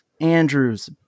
Andrews